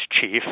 Chief